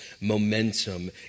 momentum